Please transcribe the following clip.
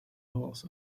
halls